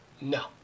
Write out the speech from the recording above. no